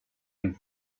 and